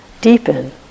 deepen